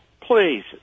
Please